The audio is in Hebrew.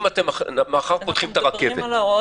זה אם אתם מחר פותחים את הרכבת --- לא,